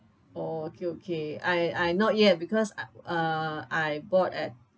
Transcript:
oh okay okay I I not yet because uh I bought at